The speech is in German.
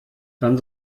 dann